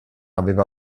aveva